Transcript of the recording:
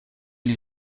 les